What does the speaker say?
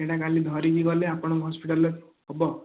ସେଇଟା କାଲି ଧରିକି ଗଲେ ଆପଣଙ୍କ ହସ୍ପିଟାଲରେ ହେବ